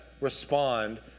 respond